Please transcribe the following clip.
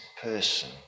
person